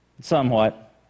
Somewhat